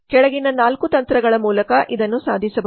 ಕೆಳಗಿನ ನಾಲ್ಕು ತಂತ್ರಗಳ ಮೂಲಕ ಇದನ್ನು ಸಾಧಿಸಬಹುದು